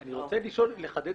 אני רוצה לחדד